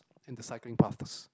and the cycling paths